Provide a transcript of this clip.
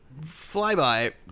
flyby